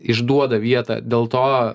išduoda vietą dėl to